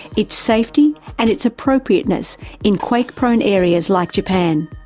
its safety and its appropriateness in quake-prone areas like japan.